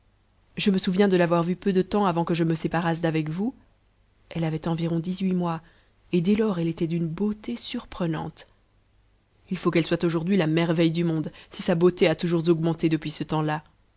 je me souviens de l'avoir vue peu de temps avant que je me séparasse d'avec vous elle avait environ dixhuit mois et dès lors elle était d'une beauté surprenante h faut qu'elle soit aujourd'hui la merveille du monde si sa beauté a toujours augmenté depuis ce temps-là